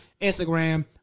Instagram